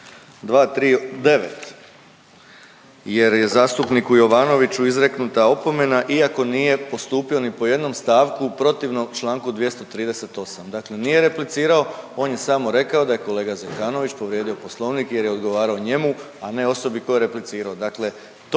239. jer je zastupniku Jovanoviću izreknuta opomena iako nije postupio ni po jednom stavku protivnom članku 238. Dakle, nije replicirao. On je samo rekao da je kolega Zekanović povrijedio Poslovnik jer je odgovarao njemu, a ne osobi kojoj je replicirao.